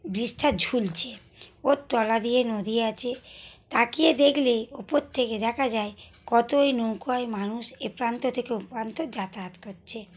ব্রিজটা ঝুলছে ওর তলা দিয়ে নদী আছে তাকিয়ে দেখলে উপর থেকে দেখা যায় কত ওই নৌকায় মানুষ এ প্রান্ত থেকে ও প্রান্তে যাতায়াত করছে